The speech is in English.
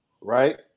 Right